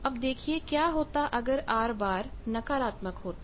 अब देखिए क्या होता अगर R नकारात्मक होता